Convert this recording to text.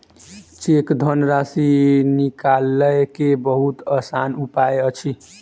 cheque धनराशि निकालय के बहुत आसान उपाय अछि